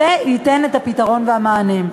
להיות ברשימה שם במצב טוב, כמה שיותר גבוה,